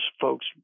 folks